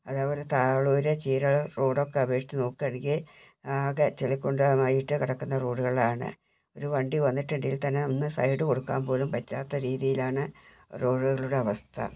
അതേപോലേ താളൂര് ചീരവള റോഡൊക്കെ അപേക്ഷിച്ച് നോക്കയാണെങ്കിൽ ആകെ ചെളികുണ്ടമായിട്ട് കിടക്കുന്ന റോഡുകളാണ് ഒരു വണ്ടി വന്നിട്ടുണ്ടെങ്കിൽ തന്നെ ഒന്ന് സൈഡ് കൊടുക്കാൻ പോലും പറ്റാത്ത രീതിയിലാണ് റോഡുകളുടെ അവസ്ഥ